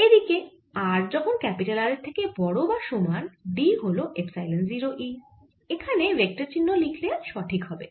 এদিকে r যখন R এর থেকে বড় বা সমান D হল এপসাইলন 0 E এখানে ভেক্টর চিহ্ন লিখলেও সঠিক হবে